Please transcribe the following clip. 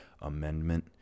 amendment